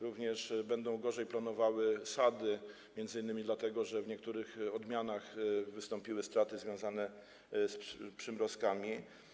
Również będą gorzej plonowały sady, m.in. dlatego że w niektórych odmianach wystąpiły straty związane z przymrozkami.